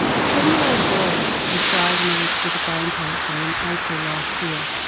a ten-year-old boy was diagnosed with a brain cancer in april last year.